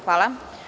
Hvala.